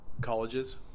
colleges